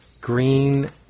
Green